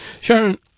Sharon